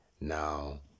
Now